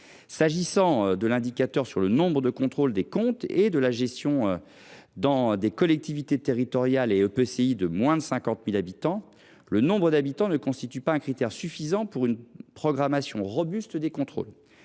qui concerne l’indicateur sur le nombre de contrôles des comptes et de la gestion des collectivités territoriales et des EPCI de moins de 50 000 habitants, le nombre d’habitants ne constitue pas un critère suffisant pour une programmation robuste des contrôles.